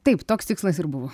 taip toks tikslas ir buvo